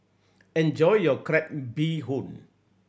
enjoy your crab bee hoon